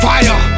Fire